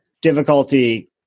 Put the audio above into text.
difficulty